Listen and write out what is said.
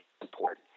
support